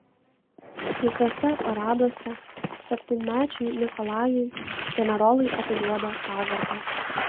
visuose paraduose septynmečiui nikolajui generolai atiduoda pagarbą